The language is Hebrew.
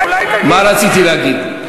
אולי תגיד, מה רציתי להגיד?